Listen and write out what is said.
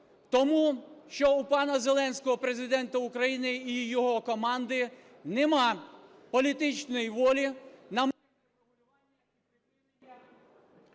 Тому що у пана Зеленського, Президента України, і його команди немає політичної волі… ГОЛОВУЮЧИЙ.